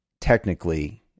technically